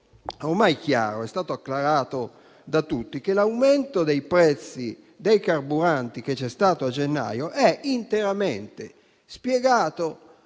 Ormai è chiaro ed è stato acclarato da tutti che l'aumento dei prezzi dei carburanti che c'è stato a gennaio è interamente spiegato